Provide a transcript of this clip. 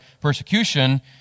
persecution